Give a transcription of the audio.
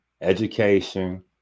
education